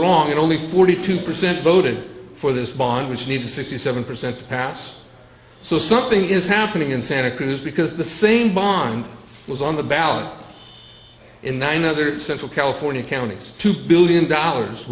wrong and only forty two percent voted for this bond which needed sixty seven percent to pass so something is happening in santa cruz because the same bond was on the ballot in nine other central california counties two billion dollars